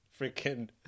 freaking